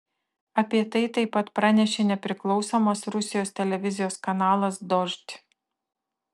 apie tai taip pat pranešė nepriklausomas rusijos televizijos kanalas dožd